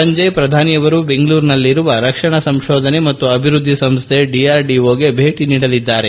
ಸಂಜೆ ಪ್ರಧಾನಿ ಬೆಂಗಳೂರಿನಲ್ಲಿರುವ ರಕ್ಷಣಾ ಸಂಶೋಧನೆ ಮತ್ತು ಅಭಿವೃದ್ದಿ ಸಂಸ್ಥೆ ಡಿಆರ್ಡಿಒಗೆ ಭೇಟಿ ನೀಡಲಿದ್ದಾರೆ